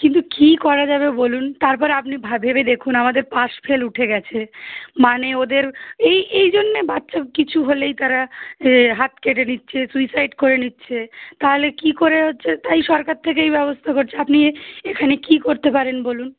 কিন্তু কী করা যাবে বলুন তারপরে আপনি ভা ভেবে দেখুন আমাদের পাশ ফেল উঠে গেছে মানে ওদের এই এই জন্যে বাচ্চার কিছু হলেই তারা এ হাত কেটে দিচ্ছে সুইসাইড করে নিচ্ছে তাহলে কী করে হচ্ছে তাই সরকার থেকে এই ব্যবস্থা করছে আপনি এখানে কী করতে পারেন বলুন